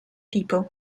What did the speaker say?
peoples